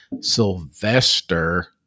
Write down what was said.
Sylvester